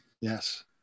Yes